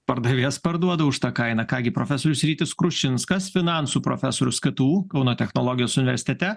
pardavėjas parduoda už tą kainą ką gi profesorius rytis krušinskas finansų profesorius ktu kauno technologijos universitete